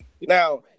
Now